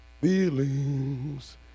feelings